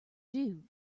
due